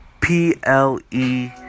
P-L-E